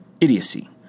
Idiocy